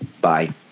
Bye